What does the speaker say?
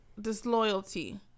disloyalty